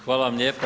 Hvala vam lijepo.